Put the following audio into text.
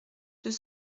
deux